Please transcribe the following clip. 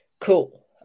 Cool